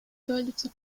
wörlitzer